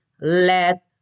let